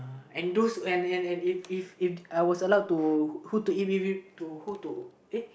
and those and and and if if If I was allowed to who to eat it with to who to uh